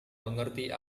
mengerti